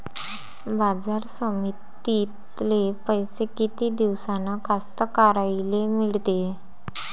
बाजार समितीतले पैशे किती दिवसानं कास्तकाराइले मिळते?